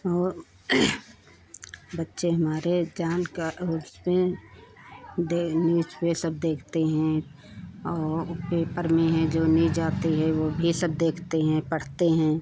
वह बच्चे हमारे ज्ञान का दे वह सब देखते हैं और पेपर में हैं जो न्यूज़ आती है वह भी सब देखते हैं पढ़ते हैं